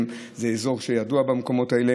זה ידוע במקומות האלה.